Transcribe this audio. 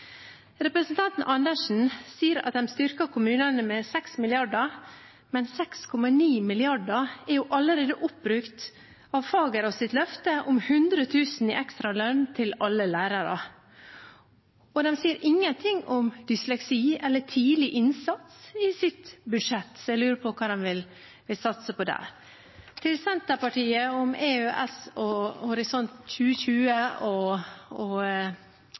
Representanten Andersen sier at de styrker kommunene med 6 mrd. kr, men 6,9 mrd. kr er jo allerede oppbrukt på Fagerås’ løfte om 100 000 i ekstra lønn til alle lærere. Og de sier ingenting om dysleksi eller tidlig innsats i sitt budsjett. Jeg lurer på hva de vil satse på der. Til Senterpartiet om EØS og Horisont 2020 og